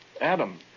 Adam